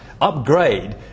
upgrade